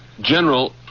General